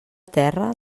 terra